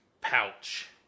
pouch